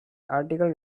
article